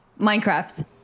Minecraft